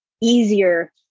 easier